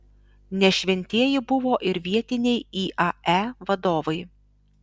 ne šventieji buvo ir vietiniai iae vadovai